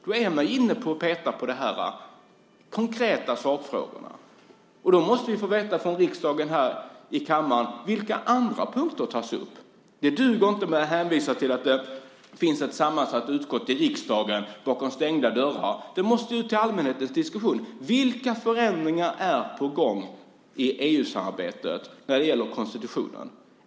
Då är man inne och petar på de konkreta sakfrågorna. Då måste vi här i kammaren få veta vilka andra punkter som tas upp. Det duger inte att man hänvisar till att det finns ett sammansatt utskott i riksdagen där detta diskuteras bakom stängda dörrar. Det måste ut till allmänheten för diskussion. Vilka förändringar är på gång i EU-samarbetet när det gäller konstitutionen?